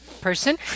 person